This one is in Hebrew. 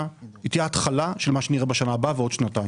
היא תהיה ההתחלה של מה שנראה בשנה הבאה ועוד שנתיים.